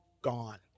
gone